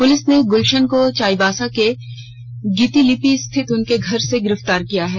police ने गुलशन को चाईबासा के गितिलपी स्थित उनके घर से गिरफ्तार किया है